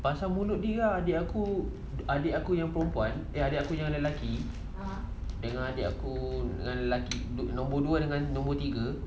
pasal mulut dia adik aku adik aku yang perempuan adik yang lelaki dengan adik aku nombor dua dan nombor tiga